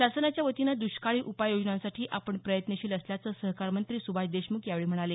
शासनाच्या वतीनं द्ष्काळी उपाय योजनांसाठी आपण प्रयत्नशील असल्याचं सहकार मंत्री सुभाष देशमुख यावेळी म्हणाले